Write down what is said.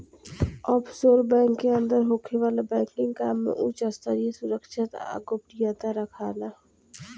offshore bank के अंदर होखे वाला बैंकिंग काम में उच स्तरीय सुरक्षा आ गोपनीयता राखाला